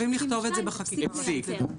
הפסיק.